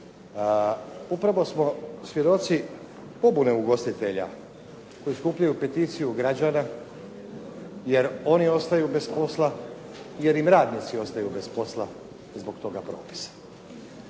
Upravo smo svjedoci pobune ugostitelja koji skupljaju peticiju građana jer oni ostaju bez posla, jer im radnici ostaju bez posla zbog toga propisa.